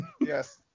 Yes